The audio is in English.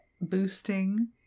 boosting